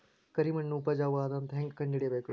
ಕರಿಮಣ್ಣು ಉಪಜಾವು ಅದ ಅಂತ ಹೇಂಗ ಕಂಡುಹಿಡಿಬೇಕು?